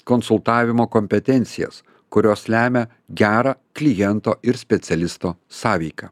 konsultavimo kompetencijas kurios lemia gerą kliento ir specialisto sąveiką